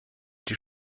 die